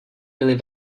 byly